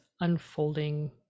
unfolding